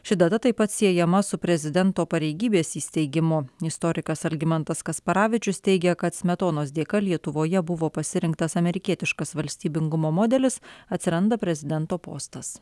ši data taip pat siejama su prezidento pareigybės įsteigimu istorikas algimantas kasparavičius teigia kad smetonos dėka lietuvoje buvo pasirinktas amerikietiškas valstybingumo modelis atsiranda prezidento postas